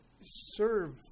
serve